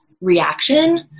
reaction